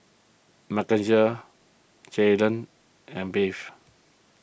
Mackenzie Jaylan and Beth